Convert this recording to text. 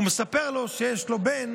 והוא מספר לו שיש לו בן